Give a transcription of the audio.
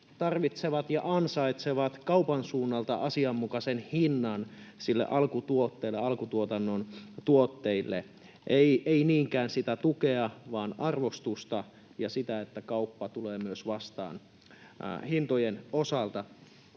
tarvitsevat ja ansaitsevat kaupan suunnalta asianmukaisen hinnan sille alkutuotteelle, alkutuotannon tuotteille — ei niinkään sitä tukea vaan arvostusta ja sitä, että kauppa tulee myös vastaan hintojen osalta.